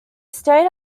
stayed